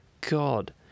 God